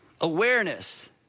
Awareness